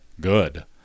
good